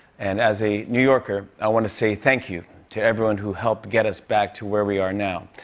and as a new yorker, i want to say thank you to everyone who helped get us back to where we are now,